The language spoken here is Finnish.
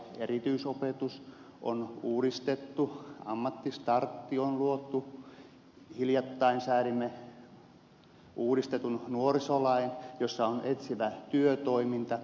erityisopetus on uudistettu ammattistartti on luotu hiljattain säädimme uudistetun nuorisolain jossa on etsivä työtoiminta